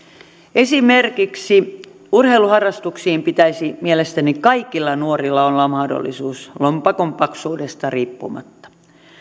esimerkiksi urheiluharrastuksiin pitäisi mielestäni kaikilla nuorilla olla mahdollisuus lompakon paksuudesta riippumatta